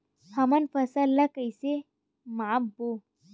हमन फसल ला कइसे माप बो?